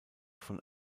von